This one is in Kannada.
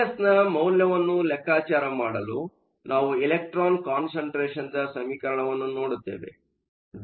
ಟಿಎಸ್ನ ಮೌಲ್ಯವನ್ನು ಲೆಕ್ಕಾಚಾರ ಮಾಡಲು ನಾವು ಎಲೆಕ್ಟ್ರಾನ್ ಕಾನ್ಸಂಟ್ರೆಷನ್electron concentrationದ ಸಮೀಕರಣವನ್ನು ನೋಡುತ್ತೇವೆ